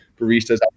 baristas